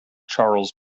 charles